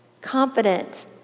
confident